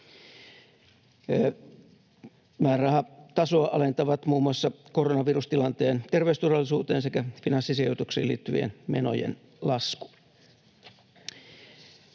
Määrärahatasoa alentavat muun muassa koronavirustilanteen terveysturvallisuuteen sekä finanssisijoituksiin liittyvien menojen lasku.